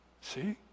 See